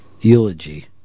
eulogy